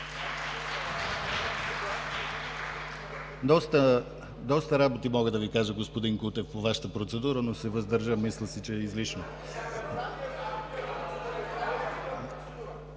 Доста работи мога да Ви кажа господин Кутев, по Вашата процедура, но ще се въздържа. Мисля си, че е излишно.